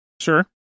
Sure